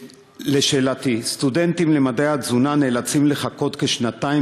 שאלתי: סטודנטים למדעי התזונה נאלצים לחכות כשנתיים